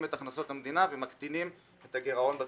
את הכנסות המדינה ומקטינים את הגירעון בתקציב.